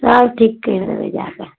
सब ठीक करि देबै जाके